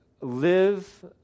live